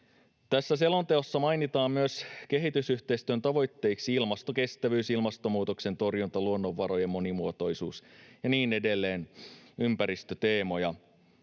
Tässä selonteossa mainitaan myös kehitysyhteistyön tavoitteiksi ilmastokestävyys, ilmastonmuutoksen torjunta, luonnonvarojen monimuotoisuus ja niin edelleen, ympäristöteemoja.